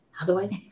Otherwise